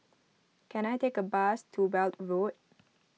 can I take a bus to Weld Road